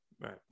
Right